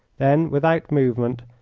then, without movement,